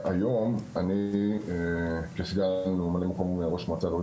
היום אני כסגן וממלא מקום ראש מועצה אזורית